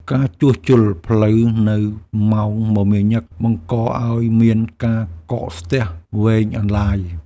ការជួសជុលផ្លូវនៅម៉ោងមមាញឹកបង្កឱ្យមានការកកស្ទះវែងអន្លាយ។